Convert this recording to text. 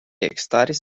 ekstaris